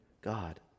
God